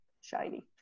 shiny